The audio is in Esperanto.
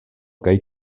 kaj